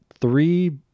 three